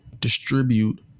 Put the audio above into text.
distribute